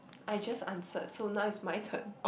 I just answered so now it's my turn